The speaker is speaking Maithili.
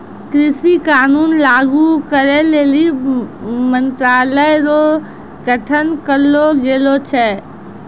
कृषि कानून लागू करै लेली मंत्रालय रो गठन करलो गेलो छै